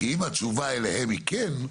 כי אם התשובה אליהם היא כן,